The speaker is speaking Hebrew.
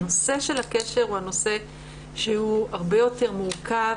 והנושא של הקשר הוא הרבה יותר מורכב